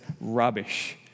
rubbish